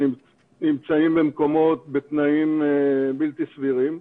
שנמצאים במקומות בתנאים בלתי סבירים כבר,